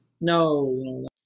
No